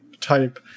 type